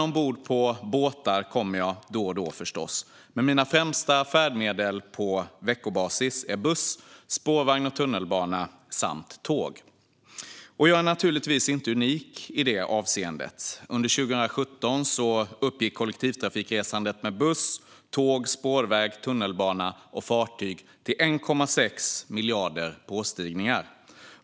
Ombord på båtar kommer jag förstås också då och då. Men mina främsta färdmedel på veckobasis är buss, spårvagn och tunnelbana samt tåg. Och jag är naturligtvis inte unik i det avseendet. Under 2017 uppgick kollektivtrafikresandet med buss, tåg, spårväg, tunnelbana och fartyg till 1,6 miljarder påstigningar.